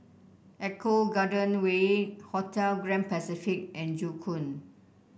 Eco Garden Way Hotel Grand Pacific and Joo Koon